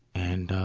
and